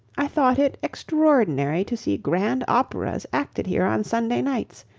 i thought it extraordinary to see grand operas acted here on sunday nights,